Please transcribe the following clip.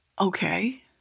okay